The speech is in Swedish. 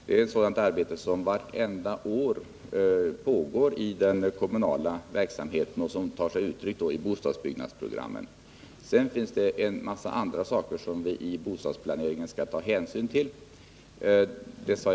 Det är ett sådant arbete som vartenda år pågår i den kommunala verksamheten och som tar sig uttryck i bostadsbyggnadsprogrammen. Vidare finns en mängd andra saker som man skall ta hänsyn till i bostadsplaneringen.